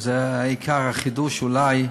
וזה עיקר החידוש אולי,